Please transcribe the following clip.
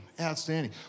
Outstanding